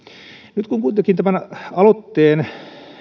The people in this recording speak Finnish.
nyt kun kuitenkin tämän aloitteen